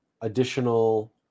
additional